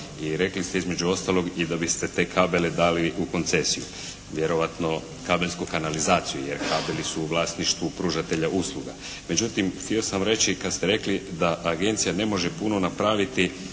I rekli ste između ostalog i da biste te kabele dali u koncesiju. Vjerojatno kabelsku kanalizaciju jer kabeli su u vlasništvu pružatelja usluga. Međutim, htio sam reći kad ste rekli da agencija ne može puno napraviti